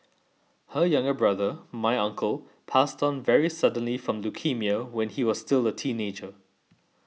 her younger brother my uncle passed on very suddenly from leukaemia when he was still a teenager